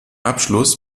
abschluss